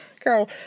Girl